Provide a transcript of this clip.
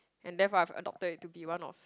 and therefore I've adopted it to be one of